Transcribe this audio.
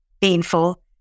painful